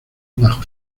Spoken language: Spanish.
bajo